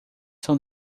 são